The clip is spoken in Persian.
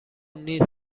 نیز